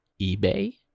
eBay